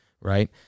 right